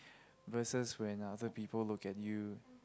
versus when other people look at you